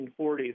1940s